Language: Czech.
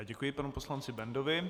Děkuji panu poslanci Bendovi.